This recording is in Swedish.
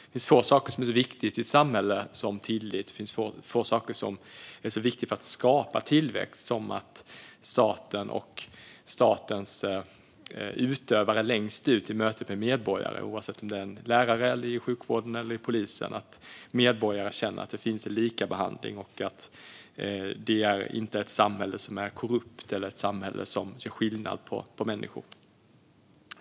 Det finns få saker som är så viktiga i ett samhälle som tillit, och det finns få saker som är så viktiga för att skapa tillit som att medborgarna i mötet med staten och statens utövare - oavsett om det är med skolan, med sjukvården eller med polisen - känner att det finns likabehandling och att samhället inte är korrupt eller gör skillnad på människor.